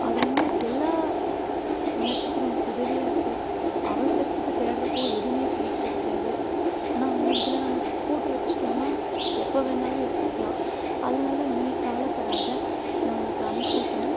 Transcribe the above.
அதை வந்து எல்லா நேரத்துக்கும் நமக்கு உதவியாக இருக்குது அவசரத்துக்கு தேடுறப்போ எதுவுமே கைக்கு கிடைக்காது ஆனால் வந்து இதில் நம்ம போட்டு வச்சுட்டோன்னா எப்போ வேணாலும் எடுத்துக்கலாம் அதனால் நீ கவலைப்படாத நான் உனக்கு அமுச்சு வைக்கிறேன்